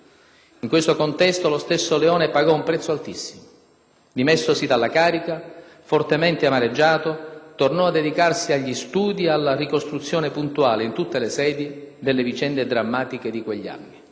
In questo contesto, lo stesso Leone pagò un prezzo altissimo: dimessosi dalla carica, fortemente amareggiato, tornò a dedicarsi agli studi ed alla ricostruzione puntuale, in tutte le sedi, delle vicende drammatiche di quegli anni.